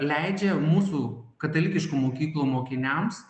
leidžia mūsų katalikiškų mokyklų mokiniams